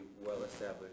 well-established